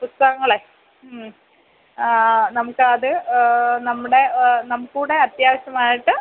പുസ്തകങ്ങളെ മ്മ് നമുക്കത് നമ്മുടെ നമുക്കുകൂടെ അത്യാവശ്യമായിട്ട്